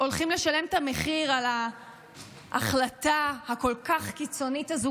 הולכים לשלם את המחיר על ההחלטה הקיצונית כל כך הזאת.